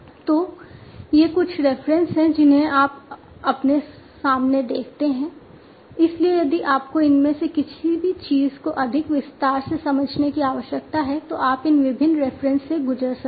तो ये कुछ रेफरेंसेस से गुजर सकते हैं